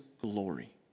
glory